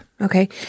okay